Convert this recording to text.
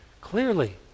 Clearly